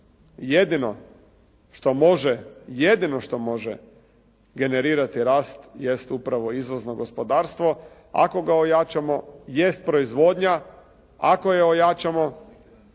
jedino što može generirati rast jest upravo izvozno gospodarstvo, ako ga ojačamo, jest proizvodnja ako je ojačamo